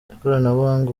ikoranabuhanga